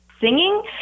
singing